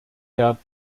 herr